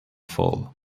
fall